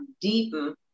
deepen